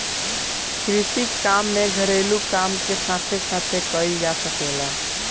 कृषि काम के घरेलू काम के साथे साथे कईल जा सकेला